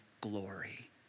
glory